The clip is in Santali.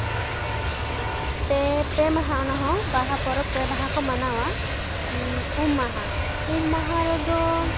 ᱯᱮ ᱯᱮ ᱢᱟᱦᱟ ᱚᱱᱟᱦᱚᱸ ᱵᱟᱦᱟ ᱯᱚᱨᱚᱵᱽ ᱯᱮ ᱢᱟᱦᱟ ᱠᱚ ᱢᱟᱱᱟᱣᱟ ᱩᱢ ᱢᱟᱦᱟ ᱩᱢ ᱢᱟᱦᱟ ᱨᱮᱫᱚ